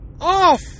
off